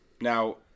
Now